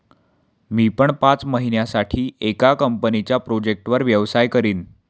मी पण पाच महिन्यासाठी एका कंपनीच्या प्रोजेक्टवर व्यवसाय करीन